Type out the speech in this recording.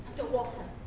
the water,